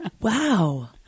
Wow